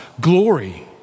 glory